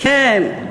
כן,